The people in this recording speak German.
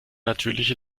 natürliche